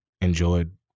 enjoyed